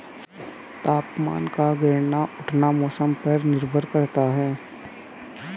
तापमान का गिरना उठना मौसम पर निर्भर करता है